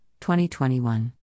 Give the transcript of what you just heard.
2021